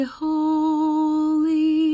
holy